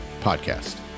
podcast